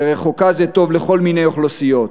ורחוקה זה טוב לכל מיני אוכלוסיות.